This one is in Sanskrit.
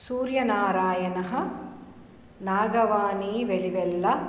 सूर्यनारायणः नागवाणी वेलिवेल्ल